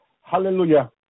hallelujah